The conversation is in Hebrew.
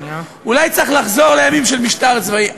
אולי צריך לחזור לימים של משטר צבאי.